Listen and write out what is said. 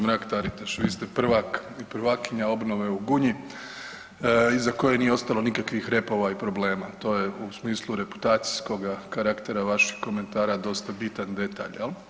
Mrak Taritaš, vi ste prvak i prvakinja obnove u Gunji iza koje nije ostalo nikakvih repova i problema, to je u smislu reputacijskoga karaktera vaših komentara dosta bitan detalj jel?